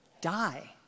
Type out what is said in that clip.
Die